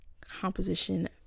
composition